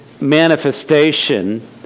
manifestation